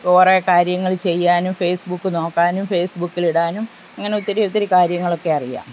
കുറേ കാര്യങ്ങൾ ചെയ്യാനും ഫേസ്ബുക്ക് നോക്കാനും ഫേസ്ബുക്കിലിടാനും അങ്ങനെ ഒത്തിരി ഒത്തിരി കാര്യങ്ങളൊക്കെ അറിയാം